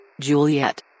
Juliet